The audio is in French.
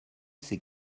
ces